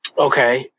Okay